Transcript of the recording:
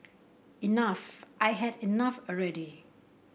enough I had enough already